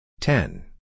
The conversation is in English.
Ten